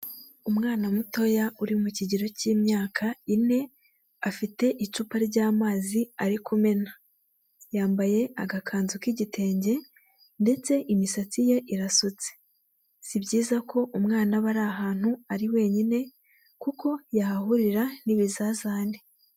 Umwana mutoya uri mu kigero cy'imyaka ine afite icupa ry'amazi ari kumena, yambaye agakanzu k'igitenge ndetse imisatsi ye irasutse, si byiza ko umwana aba ari ahantu ari wenyine kuko yahahurira n'ibizazane.